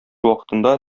вакытында